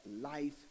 life